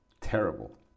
terrible